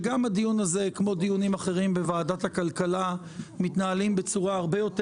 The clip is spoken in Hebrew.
שגם הדיון הזה כמו דיונים אחרים בוועדת הכלכלה מתנהלים בצורה הרבה יותר